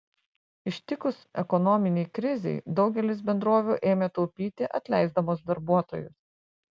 ištikus ekonominei krizei daugelis bendrovių ėmė taupyti atleisdamos darbuotojus